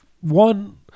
one